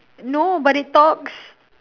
no but it talks